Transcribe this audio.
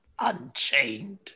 unchained